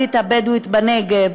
הערבית הבדואית בנגב